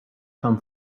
come